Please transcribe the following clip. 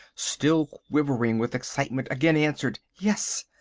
still quivering with excitement, again answered yes.